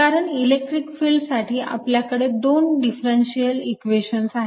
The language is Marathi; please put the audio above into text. कारण इलेक्ट्रिक फिल्ड साठी आपल्याकडे दोन डिफरन्शिअल इक्वेशन्स आहेत